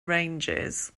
ranges